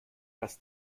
dass